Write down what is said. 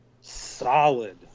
solid